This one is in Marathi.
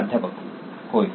प्राध्यापक होय